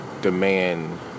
demand